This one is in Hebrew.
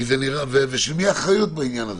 ושל מי האחריות בעניין?